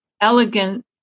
elegant